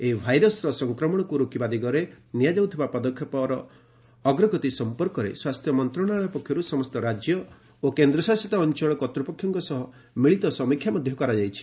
ଏହି ଭାଇରସର ସଂକ୍ରମଣକୁ ରୋକିବା ଦିଗରେ ନିଆଯାଉଥିବା ପଦକ୍ଷେପର ଅଗ୍ରଗତି ସମ୍ପର୍କରେ ସ୍ୱାସ୍ଥ୍ୟ ମନ୍ତ୍ରଣାଳୟ ପକ୍ଷରୁ ସମସ୍ତ ରାଜ୍ୟ ଓ କେନ୍ଦ୍ରଶାସିତ ଅଞ୍ଚଳ କର୍ତ୍ତୃପକ୍ଷଙ୍କ ସହ ମିଳିତ ସମୀକ୍ଷା କରାଯାଇଛି